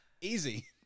Easy